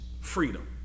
freedom